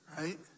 Right